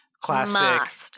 Classic